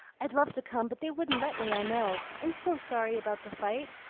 i'd love to come, but they wouldn't let me, i know. i'm so sorry about the fight.